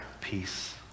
peace